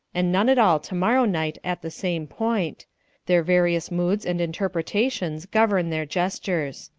and none at all tomorrow night at the same point their various moods and interpretations govern their gestures.